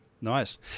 Nice